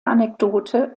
anekdote